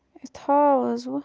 A تھاو حظ وۄنۍ